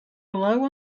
below